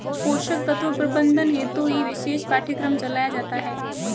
पोषक तत्व प्रबंधन हेतु ही विशेष पाठ्यक्रम चलाया जाता है